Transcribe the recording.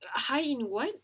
high in what